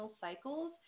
cycles